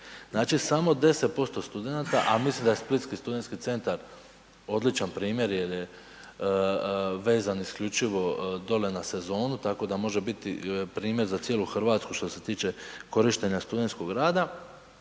Znači samo 10% studenata, a mislim da splitski studentski centar odličan jer je vezan isključivo dole na sezonu tako da može biti primjer za cijelu Hrvatsku što se tiče korištenja studentskog rada.